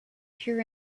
pure